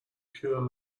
pure